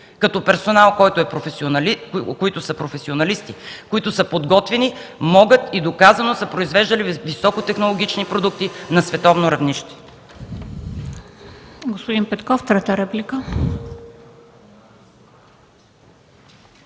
като „персонал”, а те са професионалисти, които са подготвени, могат, и доказано са произвеждали високотехнологични продукти на световно равнище.